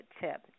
tip